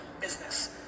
business